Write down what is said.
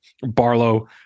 Barlow